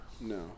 No